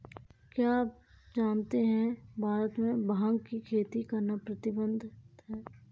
क्या आप जानते है भारत में भांग की खेती करना प्रतिबंधित है?